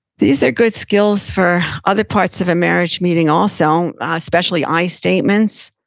these are good skills for other parts of a marriage meeting also, especially i statements.